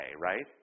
right